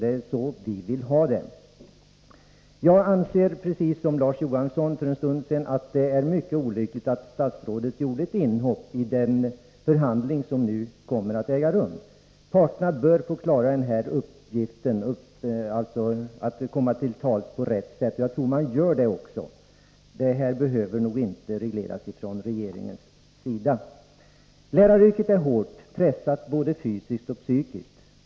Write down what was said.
Så vill vi inte ha det. Jag anser att det, precis som Larz Johansson sade för en stund sedan, var mycket olyckligt att statsrådet gjorde ett uttalande som rör den förhandling som nu kommer att äga rum. Parterna bör få komma till tals på rätt sätt, och det tror jag att de gör. Den här frågan behöver nog inte regleras av regeringen. Läraryrket är hårt, både fysiskt och psykiskt pressande.